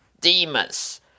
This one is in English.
demons